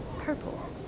Purple